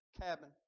cabin